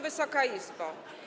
Wysoka Izbo!